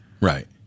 Right